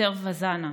אסתר ואזנה,